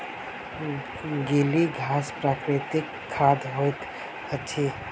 गीली घास प्राकृतिक खाद होइत अछि